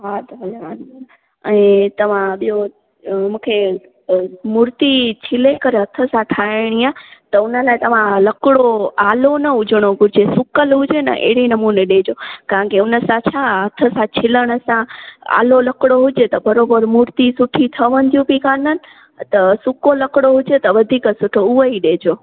हा त वञणु वारी आहे ऐं तव्हां ॿियों मूंखे मुर्ती छिले करे हथ सां ठाहिणी आहे त हुन लाइ तव्हां लकिड़ो आलो न हुजिणो घुरिजे सुकल हुजे ने अहिड़े नमूने ॾिजो कारण के हुन सां छा हथ सां छिलण सां आलो लकिड़ो हुजे त पोइ बराबरि मुर्ती सुठी ठहंदियूं बि कान्हनि त सुको लकिड़ो हुजे त वधीक सुठो उहो ई ॾिजो